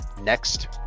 next